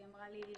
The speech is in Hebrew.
והיא אמרה לי: